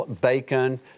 bacon